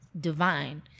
divine